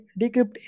decrypt